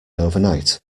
overnight